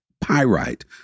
pyrite